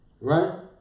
right